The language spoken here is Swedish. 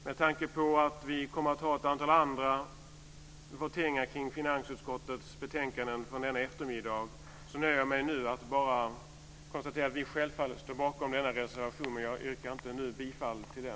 Med tanke på att vi kommer att ha ett antal voteringar med anledning av finansutskottets betänkanden under denna eftermiddag nöjer jag mig nu med att bara konstatera att vi självfallet står bakom denna reservation, men jag yrkar inte nu bifall till den.